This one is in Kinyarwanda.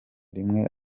rimwe